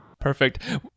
Perfect